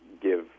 give